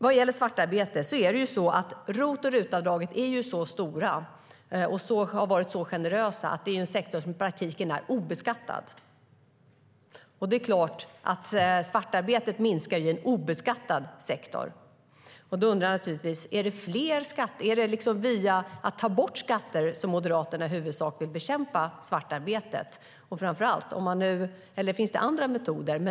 Vad gäller svartarbete är ROT och RUT-avdragen så stora och har varit så generösa att detta är en sektor som i praktiken är obeskattad. Det är klart att svartarbetet minskar i en obeskattad sektor. Då undrar jag naturligtvis om Moderaterna vill bekämpa svartarbete i huvudsak genom att ta bort skatter, eller finns det andra metoder?